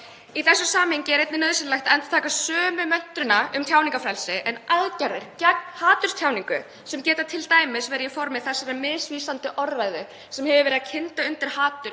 Í þessu samhengi er einnig nauðsynlegt að endurtaka sömu möntruna um tjáningarfrelsi en aðgerðir gegn haturstjáningu, sem getur t.d. verið í formi þessarar misvísandi orðræðu sem hefur verið að kynda undir hatur